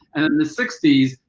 and in the sixty s,